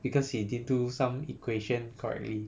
because he did do some equation correctly